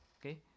okay